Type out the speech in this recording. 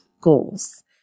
goals